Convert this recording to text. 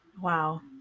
Wow